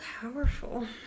powerful